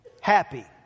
happy